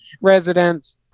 residents